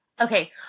Okay